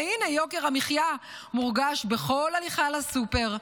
והינה יוקר המחיה מורגש בכל הליכה לסופר,